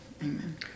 Amen